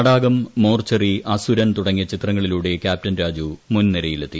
തടാകം മോർച്ചറി അസുരൻ തുടങ്ങിയ ചിത്രങ്ങളിലൂടെ ക്യാപ്ടൻ രാജു മുൻനിരയിലെത്തി